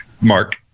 Mark